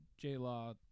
J-Law